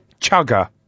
chugger